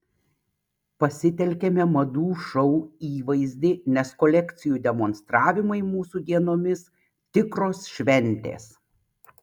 pasitelkėme madų šou įvaizdį nes kolekcijų demonstravimai mūsų dienomis tikros šventės